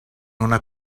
una